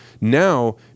now